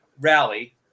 rally